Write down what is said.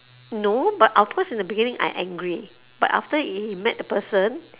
no but of course in the beginning I angry but after if met the person